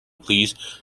pleased